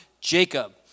Jacob